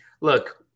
look